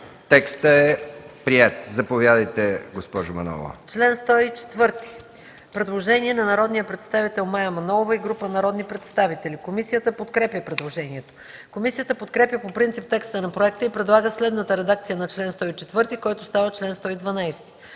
Текстът е приет. Заповядайте, госпожо Манолова. ДОКЛАДЧИК МАЯ МАНОЛОВА: Член 104 – предложение на народния представител Мая Манолова и група народни представители. Комисията подкрепя предложението. Комисията подкрепя по принцип текста на проекта и предлага следната редакция на чл. 104, който става чл. 112: